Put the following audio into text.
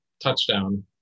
touchdown